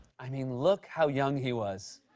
i mean, look how young he was.